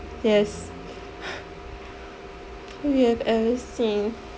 yes you have ever seen